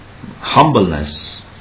humbleness